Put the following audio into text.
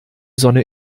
sonne